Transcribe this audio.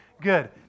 Good